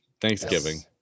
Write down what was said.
thanksgiving